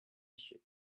issue